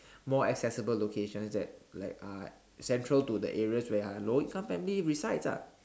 more accessible locations that like are central to the areas where are lower income family resides ah